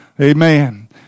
amen